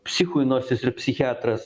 psichui nors jis ir psichiatras